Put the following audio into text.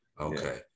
Okay